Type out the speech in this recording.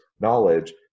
knowledge